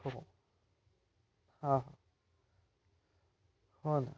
हो हां हो नं